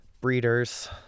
breeders